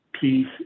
peace